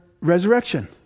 resurrection